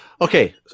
Okay